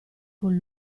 con